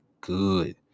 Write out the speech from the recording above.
good